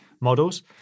models